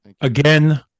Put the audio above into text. Again